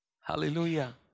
Hallelujah